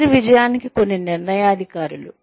career విజయానికి కొన్ని నిర్ణయాధికారులు